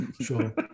Sure